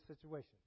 situation